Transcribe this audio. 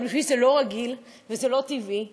אבל בשבילי זה לא רגיל וזה לא טבעי.